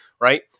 Right